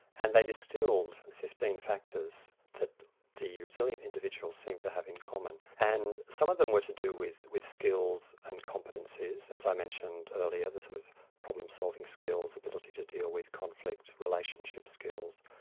and they distilled fifteen factors that the resilient individuals seemed to have in common. and some of them were to do with with skills and competencies, as i mentioned earlier, the sort of problem solving skills, ability to deal with conflict, relationship skills.